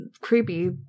creepy